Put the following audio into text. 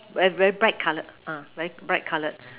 very very bright colored ah very bright colored